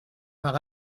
par